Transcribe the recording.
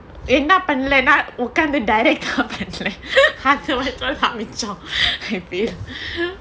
என்னா பன்லேனா உட்கார்ந்து:enna panlaena utkarnthu direct lah பன்னல அதுவரைக்கும்தான் வச்சோம்:pannala athuvaraikkumthan vachom